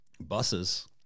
buses